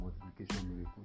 multiplication